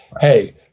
hey